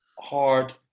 hard